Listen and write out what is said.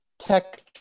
tech